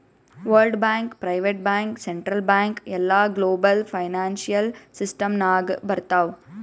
world bank, private bank, central bank ಎಲ್ಲಾ global financial system ನಾಗ್ ಬರ್ತಾವ್